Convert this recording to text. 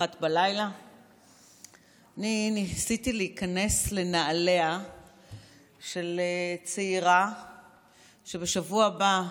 01:00. אני ניסיתי להיכנס לנעליה של צעירה שבשבוע הבא,